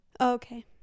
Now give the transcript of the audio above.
Okay